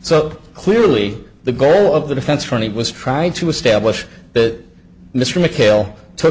so clearly the goal of the defense attorney was trying to establish that mr mchale took